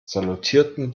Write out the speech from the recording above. salutierten